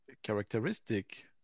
Characteristic